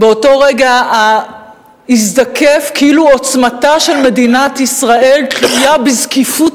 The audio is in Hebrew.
באותו רגע הזדקף כאילו עוצמתה של מדינת ישראל תלויה בזקיפות